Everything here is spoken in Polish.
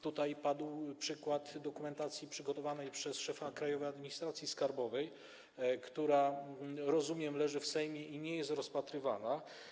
Tutaj podany był przykład dokumentacji przygotowanej przez szefa Krajowej Administracji Skarbowej, która jak rozumiem, leży w Sejmie i nie jest rozpatrywana.